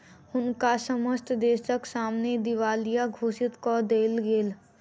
हुनका समस्त देसक सामने दिवालिया घोषित कय देल गेल